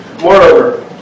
Moreover